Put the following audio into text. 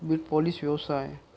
bit polish व्यवसाय